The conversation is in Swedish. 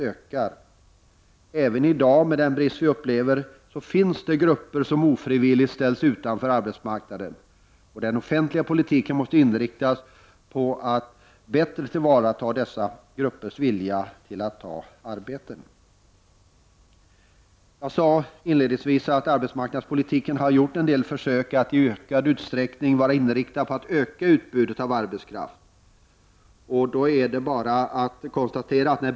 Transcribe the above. Trots den brist på arbetskraft som vi i dag upplever finns det grupper som ofrivilligt ställs utanför arbetsmarknaden. Den offentliga politiken måste inriktas på ett bättre tillvaratagande av dessa gruppers vilja att anta arbeten. Arbetsmarknadspolitiken, och detta sade jag också inledningsvis, har i större utsträckning varit inriktad på att utbudet av arbetskraft skall kunna ökas.